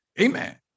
amen